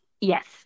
Yes